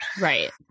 Right